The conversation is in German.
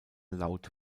laute